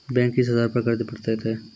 Bank किस आधार पर कर्ज पड़तैत हैं?